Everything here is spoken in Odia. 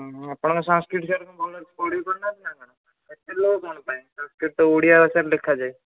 ଆପଣଙ୍କ ସାନ୍ସକ୍ରୀଟ୍ ସାର୍ କ'ଣ ଭଲ ପଢ଼େଇ ପାରୁନାହାନ୍ତି ନା କ'ଣ ଏତେ ଲୋ କ'ଣ ପାଇଁ ସାନ୍ସକ୍ରୀଟ୍ ତ ଓଡ଼ିଆ ଭାଷାରେ ଲେଖାଯାଏ